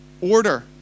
order